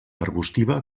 arbustiva